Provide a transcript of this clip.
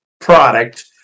product